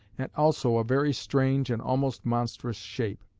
and also a very strange, and almost monstrous shape.